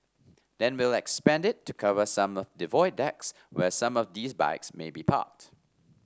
then we'll expand it to cover some of the Void Decks where some of these bikes may be parked